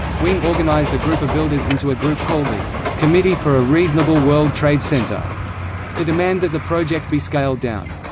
wien organized a group of builders into a group called the committee for a reasonable world trade center to demand that the project be scaled down.